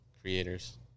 creators